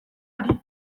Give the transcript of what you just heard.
arin